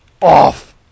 off